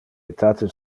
etate